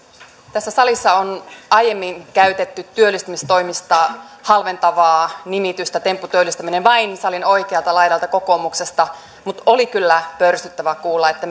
tässä salissa on aiemmin käytetty työllistämistoimista halventavaa nimitystä tempputyöllistäminen vain salin oikealta laidalta kokoomuksesta mutta oli kyllä pöyristyttävää kuulla että